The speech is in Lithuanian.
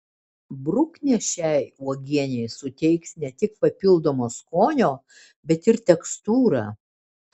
bruknės šiai uogienei suteiks ne tik papildomo skonio bet ir tekstūrą